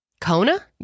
Kona